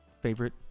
favorite